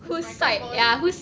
whose microphone